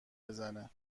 بزنه